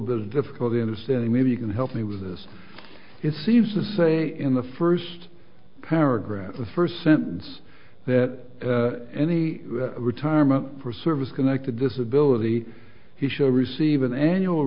bit of difficulty understanding maybe you can help me with this it seems to say in the first paragraph the first sentence that any retirement for service connected disability he show receive an annual